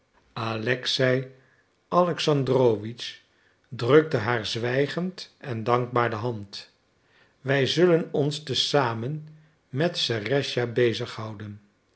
alexei alexandrowitsch drukte haar zwijgend en dankbaar de hand wij zullen ons te zamen met serëscha bezighouden